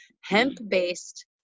hemp-based